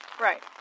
Right